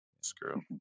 screw